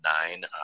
nine